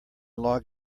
log